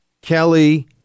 Kelly